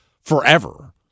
forever